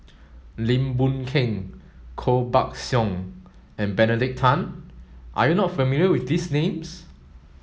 Lim Boon Keng Koh Buck Song and Benedict Tan are you not familiar with these names